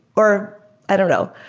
or i don't know.